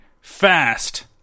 fast